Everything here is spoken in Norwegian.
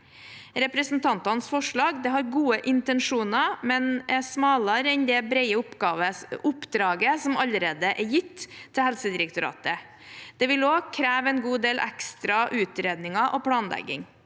Representantenes forslag har gode intensjoner, men er smalere enn det brede oppdraget som allerede er gitt til Helsedirektoratet. Det vil også kreve en god del ekstra utredninger og planlegging.